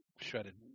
shredded